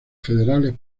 federales